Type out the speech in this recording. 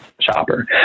shopper